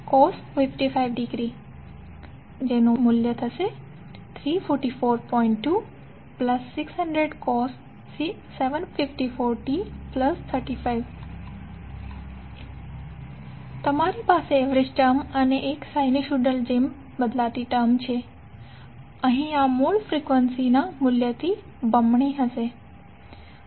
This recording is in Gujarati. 2600 cos 754t35° તમારી પાસે એવરેજ ટર્મ અને એક સાઈનુસોઇડની જેમ બદલાતી ટર્મ છે અહીં આ મૂળ ફ્રિકવંસી ના મૂલ્યથી બમણી હશે